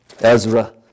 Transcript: Ezra